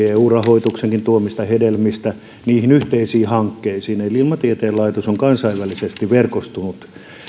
eu rahoituksen tuomista hedelmistä niihin yhteisiin hankkeisiin eli ilmatieteen laitos on kansainvälisesti verkostunut